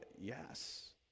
Yes